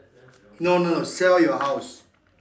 no no no sell your house